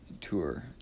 tour